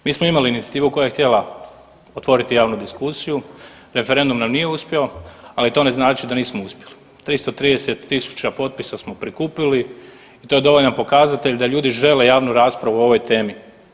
Mi smo imali inicijativu koja je htjela otvoriti javnu diskusiju, referendum nam nije uspio, ali to ne znači da nismo uspjeli, 330.000 potpisa smo prikupili i to je dovoljan pokazatelj da ljudi žele javnu raspravu o ovoj temi.